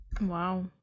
Wow